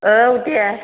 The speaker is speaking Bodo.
औ दे